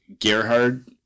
Gerhard